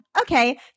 okay